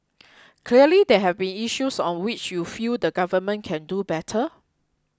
clearly there have been issues on which you feel the Government can do better